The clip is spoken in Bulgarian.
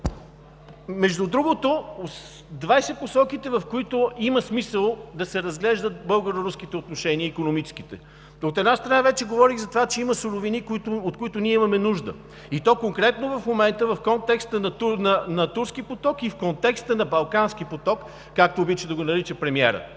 интерес. Две са посоките, в които има смисъл да се разглеждат българо-руските икономически отношения. От една страна, вече говорих за това, че има суровини, от които ние имаме нужда, и то конкретно в момента – в контекста на Турски поток и в контекста на Балкански поток, както обича да го нарича премиерът.